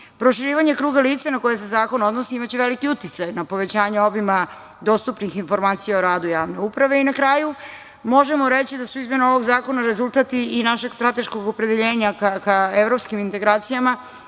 vlasti. Proširivanje kruga lica na koje se zakon odnosi imaće veliki uticaj na povećanje obima dostupnih informacija o radu javne uprave. I na kraju, možemo reći da su izmene ovog zakona rezultat i našeg strateškog opredeljenja ka evropskim integracijama